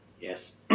Yes